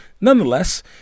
Nonetheless